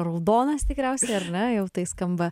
raudonas tikriausiai ar ne jau tai skamba